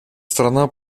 страна